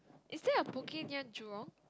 is there a Poke near jurong